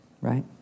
right